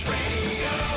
Radio